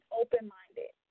open-minded